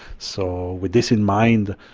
so with this in mind,